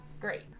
Great